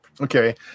Okay